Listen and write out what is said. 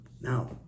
Now